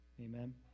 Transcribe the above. Amen